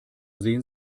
sehen